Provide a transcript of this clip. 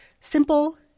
simple